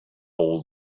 will